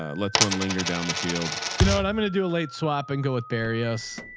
ah let's one linger down the field. you know what? i'm going to do a late swap and go with barriers.